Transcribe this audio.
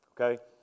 okay